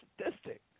statistic